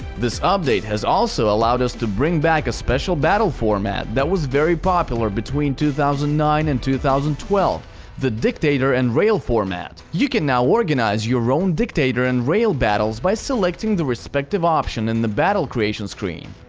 this update has also allowed us to bring back a special battle format that was very popular between two thousand and nine and two thousand and twelve the dictator and rail format. you can now organize your own dictator and rail battles by selecting the respective option in the battle creation screen.